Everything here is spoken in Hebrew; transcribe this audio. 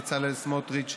בצלאל סמוטריץ,